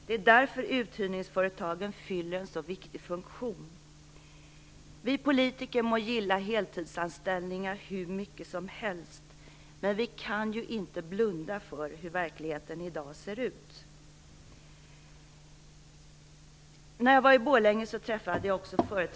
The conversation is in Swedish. Det är därför uthyrningsföretagen fyller en så viktig funktion. Vi politiker må gilla heltidsanställningar hur mycket som helst, men vi kan ju inte blunda för hur verkligheten i dag ser ut.